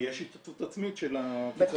-- יש השתתפות עצמית מתוך הבטחת הכנסה.